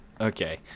Okay